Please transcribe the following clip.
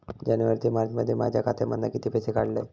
जानेवारी ते मार्चमध्ये माझ्या खात्यामधना किती पैसे काढलय?